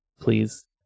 please